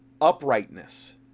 uprightness